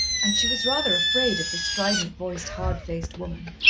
and she was rather afraid of the strident-voiced, hard-faced woman.